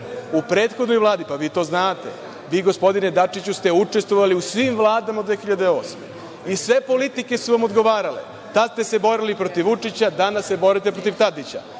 u prethodnoj Vladi, pa vi to znate. Vi, gospodine Dačiću, ste učestvovali u svim vladama od 2008. godine, i sve politike su vam odgovarale. Tada ste se borili protiv Vučića, danas se borite protiv Tadića.